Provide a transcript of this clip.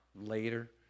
later